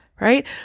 right